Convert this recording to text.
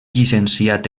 llicenciat